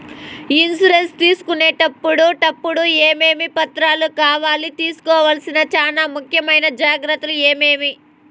Insurance తీసుకునేటప్పుడు టప్పుడు ఏమేమి పత్రాలు కావాలి? తీసుకోవాల్సిన చానా ముఖ్యమైన జాగ్రత్తలు ఏమేమి?